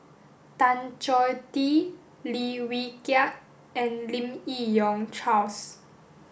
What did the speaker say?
Tan Choh Tee Lim Wee Kiak and Lim Yi Yong Charles